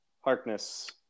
Harkness